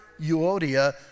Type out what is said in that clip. Euodia